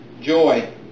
joy